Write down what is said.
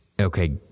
Okay